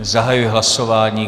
Zahajuji hlasování.